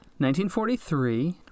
1943